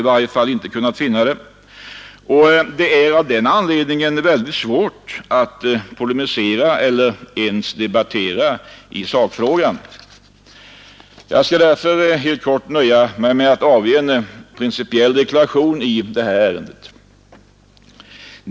I varje fall har inte jag kunnat finna det, och det är av den anledningen mycket svårt att polemisera eller ens debattera i sakfrågan. Jag skall därför helt kort nöja mig med att avge en principiell deklaration i detta ärende.